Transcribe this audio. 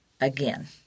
again